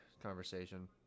conversation